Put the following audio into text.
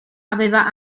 aveva